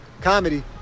comedy